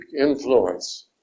influence